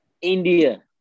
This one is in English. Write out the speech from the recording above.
India